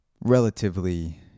relatively